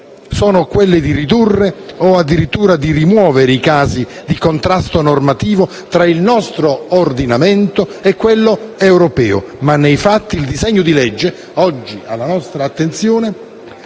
sono di ridurre o addirittura di rimuovere i casi di contrasto normativo tra il nostro ordinamento e quello europeo, ma nei fatti il disegno di legge oggi alla nostra attenzione